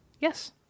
Yes